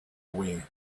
away